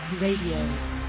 Radio